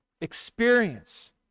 experience